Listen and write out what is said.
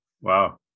Wow